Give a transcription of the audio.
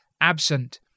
absent